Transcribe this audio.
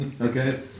Okay